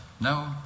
no